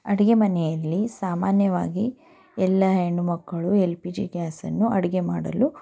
ಅಡಿಗೆಮನೆಯಲ್ಲಿ ಸಾಮಾನ್ಯವಾಗಿ ಎಲ್ಲ ಹೆಣ್ಣು ಮಕ್ಕಳು ಎಲ್ ಪಿ ಜಿ ಗ್ಯಾಸನ್ನು ಅಡುಗೆ ಮಾಡಲು